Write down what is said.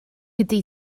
ydy